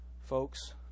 Folks